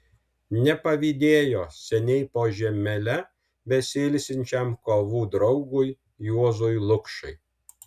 nepavydėjo seniai po žemele besiilsinčiam kovų draugui juozui lukšai